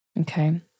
Okay